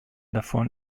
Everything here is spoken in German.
davon